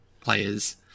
players